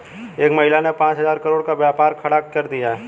एक महिला ने पांच हजार करोड़ का व्यापार खड़ा कर दिया